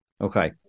Okay